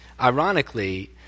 Ironically